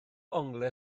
onglau